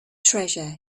treasure